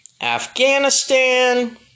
Afghanistan